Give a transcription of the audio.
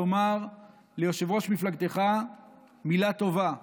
לומר ליושב-ראש מפלגתך מילה טובה,